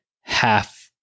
half